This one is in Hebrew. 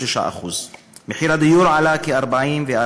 בכ-56%; מחיר הדיור עלה בכ-44%;